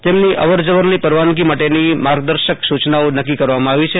તેમની અવર જવરની પરવાનીગી માટેની માર્ગદશક સુચના નકકી કરવામાં આવી છે